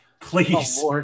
Please